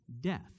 death